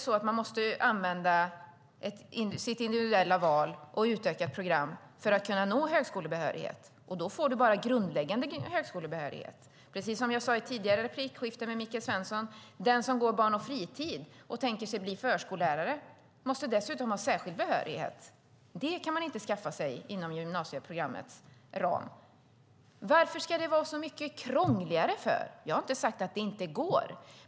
Måste man inte använda sitt individuella val och ett utökat program för att kunna nå högskolebehörighet? Och då får man ändå bara grundläggande högskolebehörighet. Precis som jag sade i ett tidigare replikskifte med Michael Svensson är det så att den som går barn och fritidsprogrammet och tänker sig att bli förskollärare dessutom måste ha särskild behörighet. Det kan man inte skaffa sig inom gymnasieprogrammets ram. Varför ska det vara så mycket krångligare? Jag har inte sagt att det inte går.